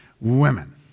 Women